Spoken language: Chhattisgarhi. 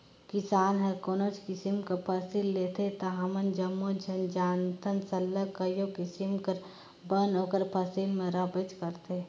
किसान हर कोनोच किसिम कर फसिल लेथे ता हमन जम्मो झन जानथन सरलग कइयो किसिम कर बन ओकर फसिल में रहबेच करथे